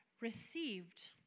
received